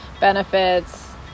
benefits